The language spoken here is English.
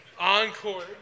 Encore